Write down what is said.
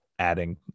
adding